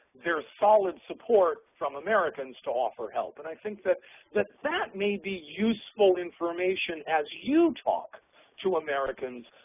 there's solid support from americans to offer help. and i think that that that may be useful information as you talk to americans,